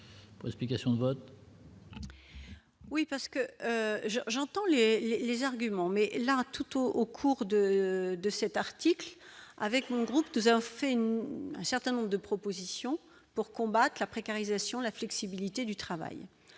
Cohen. Explications de vote. Oui, parce que je, j'entends les les arguments mais là tout au au cours de de cet article avec mon groupe nous avons fait un certain nombre de propositions pour combattre la précarisation de la flexibilité du travail,